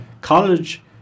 college